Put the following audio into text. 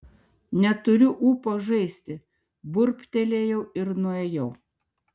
neturiu ūpo žaisti burbtelėjau ir nuėjau